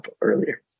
earlier